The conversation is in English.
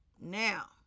Now